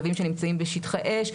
כלבים שנמצאים בשטחי אש.